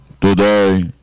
Today